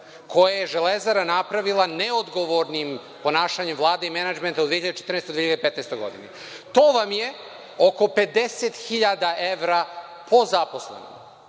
koje je „Železara“ napravila neodgovornim ponašanjem Vlade i menadžmenta u 2014. i 2015. godini. To vam je oko 50.000 evra po zaposlenom.